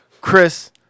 Chris